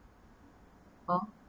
oh